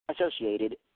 Associated